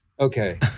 Okay